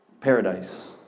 Paradise